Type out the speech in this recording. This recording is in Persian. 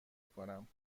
کنم